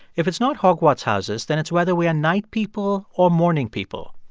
if it's not hogwarts houses, then it's whether we are night people or morning people,